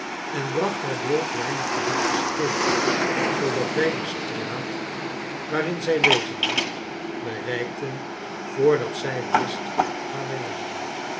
en bracht haar door weinig bezochte stegen zoodat wij de straat waarin zij wezen moest bereikten voordat zij wist waar wij waren